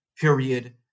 period